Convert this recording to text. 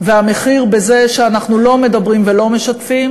והמחיר של זה שאנחנו לא מדברים ולא משתפים